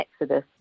exodus